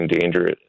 dangerous